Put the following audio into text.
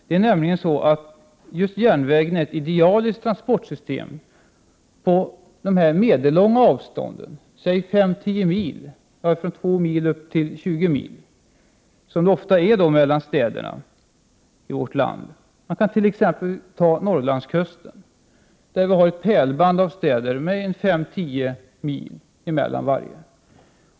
Det är nämligen så att just järnvägen är ett idealiskt transportsystem på de medellånga avstånden — säg fem tio mil, eller i varje fall mellan 2 och 20 mil, som det ofta är mellan städerna i vårt land. Ta t.ex. Norrlandskusten, där vi har ett pärlband av städer med fem tio mil mellan varje.